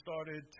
started